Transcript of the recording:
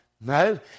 No